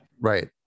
Right